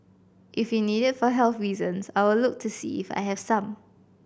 if you need it for health reasons I will look to see if I have some